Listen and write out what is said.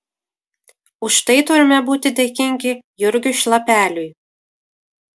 už tai turime būti dėkingi jurgiui šlapeliui